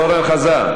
חזן.